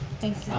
thank you.